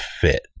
fit